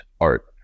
art